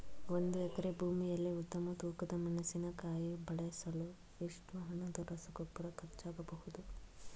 ಒಂದು ಎಕರೆ ಭೂಮಿಯಲ್ಲಿ ಉತ್ತಮ ತೂಕದ ಮೆಣಸಿನಕಾಯಿ ಬೆಳೆಸಲು ಎಷ್ಟು ಹಣದ ರಸಗೊಬ್ಬರ ಖರ್ಚಾಗಬಹುದು?